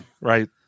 Right